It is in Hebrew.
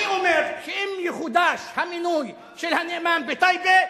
אני אומר שאם יחודש המינוי של הנאמן בטייבה,